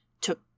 took